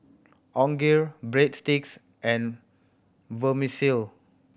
Onigiri Breadsticks and Vermicelli